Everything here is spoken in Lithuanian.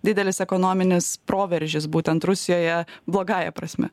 didelis ekonominis proveržis būtent rusijoje blogąja prasme